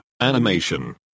animation